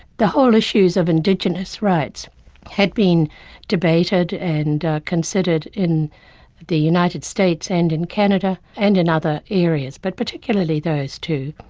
the whole issues of indigenous rights had been debated and considered in the united states and in canada and in other areas but particularly those two.